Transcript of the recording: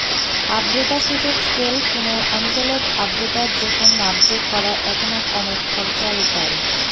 আর্দ্রতা সূচক স্কেল কুনো অঞ্চলত আর্দ্রতার জোখন মাপজোক করার এ্যাকনা কণেক খরচার উপাই